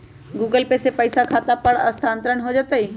Google Pay से पईसा खाता पर स्थानानंतर हो जतई?